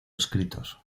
escritos